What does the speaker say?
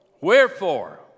Wherefore